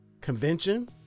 convention